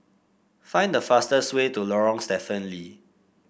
find the fastest way to Lorong Stephen Lee